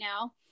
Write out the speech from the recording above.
now